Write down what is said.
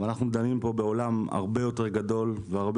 אנחנו דנים פה בעולם הרבה יותר גדול והרבה